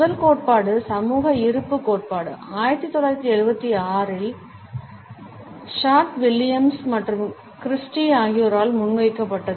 முதல் கோட்பாடு சமூக இருப்பு கோட்பாடு 1976 இல் ஷார்ட் வில்லியம்ஸ் மற்றும் கிறிஸ்டி ஆகியோரால் முன்வைக்கப்பட்டது